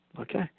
Okay